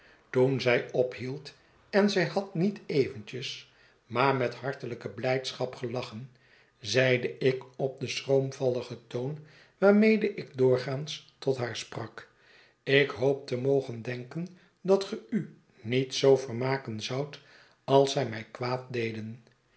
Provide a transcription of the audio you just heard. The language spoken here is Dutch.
toen zij ophield en zij had niet eventjes maar met hartelijke blijdschap gelachen zeide ik op den schroomvalligen toon waarmede ik doorgaans tot haar sprak ik hoop te mogen denken dat ge u niet zoo vermaken zoudt als zij mij kwaaddeden